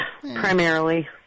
primarily